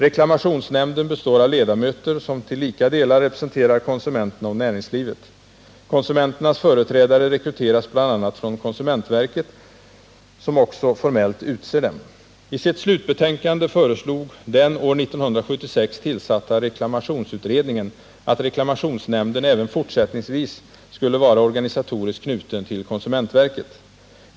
Reklamationsnämnden består av ledamöter, som till lika delar representerar konsumenterna och näringslivet. Konsumenternas företrädare rekryteras bl.a. från konsumentverket, som också formellt utser dem. I sitt slutbetänkande föreslog den år 1976 tillsatta reklamationsutredningen att reklamationsnämnden även fortsättningsvis skulle vara organisatoriskt knuten till konsumentverket.